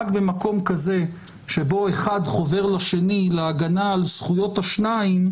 רק במקום כזה שבו אחד חובר לשני להגנה על זכויות השניים